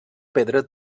pedra